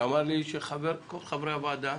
שאמר לי שכל חברי הוועדה